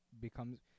becomes